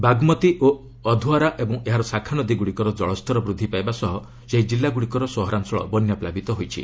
ବାଗ୍ମତି ଓ ଅଧୱାରା ଏବଂ ଏହାର ଶାଖାନଦୀ ଗୁଡ଼ିକର ଜଳସ୍ତର ବୃଦ୍ଧି ପାଇବା ସହ ସେହି କିଲ୍ଲାଗୁଡ଼ିକର ସହରାଞ୍ଚଳ ବନ୍ୟାପ୍ଲାବିତ ହୋଇଛି